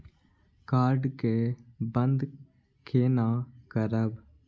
Card के बन्द केना करब?